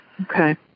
Okay